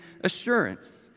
assurance